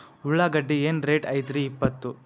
ಉಳ್ಳಾಗಡ್ಡಿ ಏನ್ ರೇಟ್ ಐತ್ರೇ ಇಪ್ಪತ್ತು?